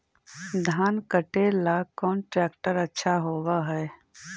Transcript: धान कटे ला कौन ट्रैक्टर अच्छा होबा है?